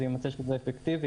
אם יימצא שזה אפקטיבי.